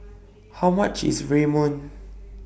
How much IS Ramyeon